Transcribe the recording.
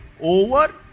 over